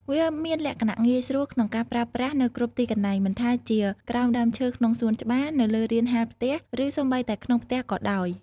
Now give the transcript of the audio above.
វាមានលក្ខណៈងាយស្រួលក្នុងការប្រើប្រាស់នៅគ្រប់ទីកន្លែង មិនថាជាក្រោមដើមឈើក្នុងសួនច្បារ នៅលើរានហាលផ្ទះ ឬសូម្បីតែក្នុងផ្ទះក៏ដោយ។